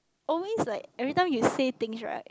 always like everytime you say things right